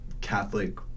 catholic